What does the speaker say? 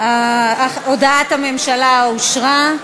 הודעת הממשלה אושרה.